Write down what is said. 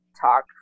talk